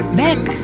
back